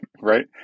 right